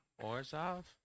Orzov